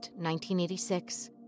1986